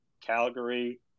Calgary